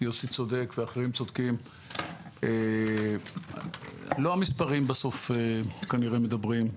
יוסי צודק ואחרים צודקים לא המספרים הם אלה שבסוף כנראה מדברים,